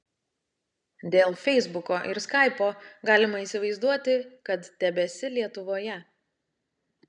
dėl feisbuko ir skaipo galima įsivaizduoti kad tebesi lietuvoje